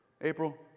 April